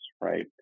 right